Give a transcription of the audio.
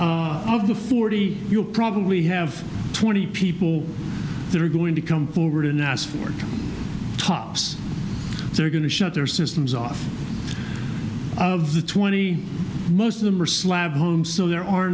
needs of the forty you'll probably have twenty people that are going to come forward and ask for tops they're going to shut their systems off of the twenty most of them are slab homes so there are